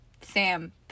Sam